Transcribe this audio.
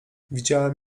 widziałem